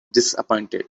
disappointed